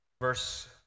Verse